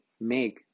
make